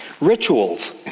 Rituals